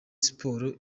siporo